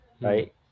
Right